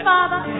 Father